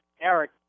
Eric